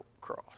cross